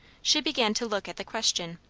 she began to look at the question,